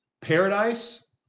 paradise